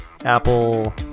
Apple